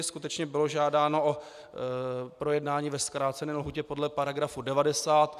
Skutečně bylo žádáno o projednání ve zkrácené lhůtě podle § 90.